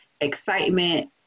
excitement